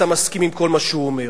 אתה מסכים עם כל מה שהוא אומר,